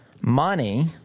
money